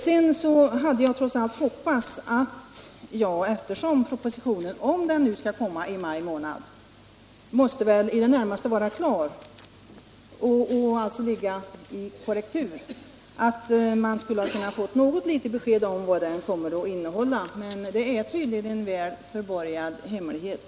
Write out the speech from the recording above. Jag hade trots allt hoppats — eftersom propositionen, om den nu skall komma i maj månad, väl måste vara i det närmaste klar och föreligga i korrektur — att man skulle ha kunnat få något litet besked om vad den kommer att innehålla, men det är tydligen en väl förborgad hemlighet.